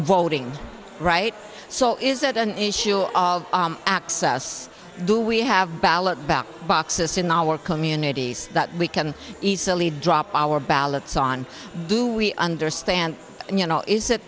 voting right so is that an issue of access do we have ballot back boxes in our communities that we can easily drop our ballots on do we understand you know is